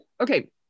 okay